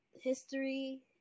history